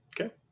Okay